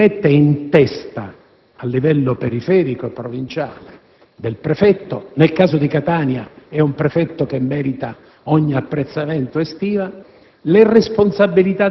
Quella partita, al di là di ciò che richiedeva la Lega calcio, non andava autorizzata. Noi abbiamo un ordinamento in questo Paese